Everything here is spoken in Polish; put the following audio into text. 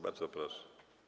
Bardzo proszę.